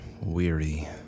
Weary